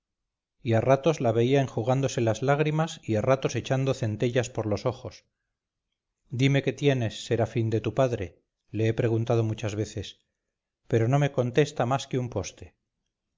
a ratos la veía enjugándose las lágrimas y a ratos echando centellas por los ojos dime qué tienes serafín de tu padre le he preguntado algunas veces pero no me contesta más que un poste